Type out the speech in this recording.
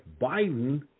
Biden